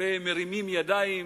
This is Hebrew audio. ומרימים ידיים,